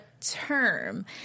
term